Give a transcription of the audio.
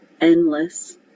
endless